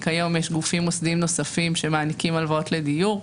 כיום יש גופים מוסדיים נוספים שמעניקים הלוואות לדיור,